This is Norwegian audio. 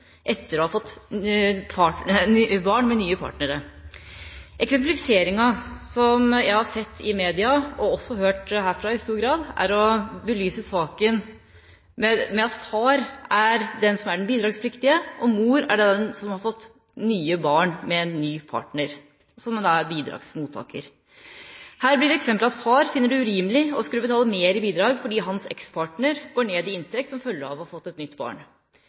etter å ha fått barn med ny partner. Eksemplifiseringen jeg har sett i media, og også hørt her i stor grad, er å belyse saken med at far er den som er den bidragspliktige, og mor er den som har fått nye barn med ny partner, og som da er bidragsmottaker. Her blir eksemplet at far finner det urimelig å skulle betale mer i bidrag fordi hans ekspartner går ned i inntekt som følge av å ha fått et nytt barn.